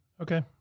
Okay